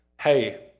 Hey